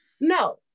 No